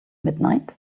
midnight